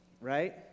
right